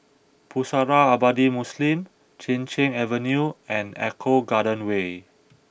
Pusara Abadi Muslim Chin Cheng Avenue and Eco Garden Way